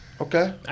Okay